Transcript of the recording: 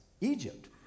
Egypt